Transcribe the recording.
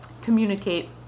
communicate